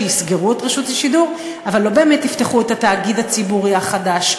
שיסגרו את רשות השידור אבל לא באמת יפתחו את התאגיד הציבורי החדש,